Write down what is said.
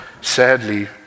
sadly